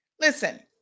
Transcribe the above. Listen